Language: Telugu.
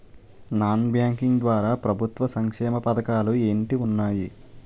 నాన్ బ్యాంకింగ్ ద్వారా ప్రభుత్వ సంక్షేమ పథకాలు ఏంటి ఉన్నాయి?